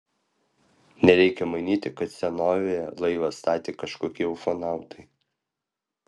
nereikia manyti kad senovėje laivą statė kažkokie ufonautai